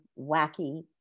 wacky